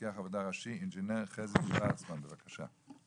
מפקח עבודה ראשי, אינג'ינר חזי שורצמן, בבקשה.